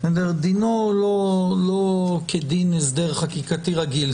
דינו לא כדין הסדר חקיקתי רגיל.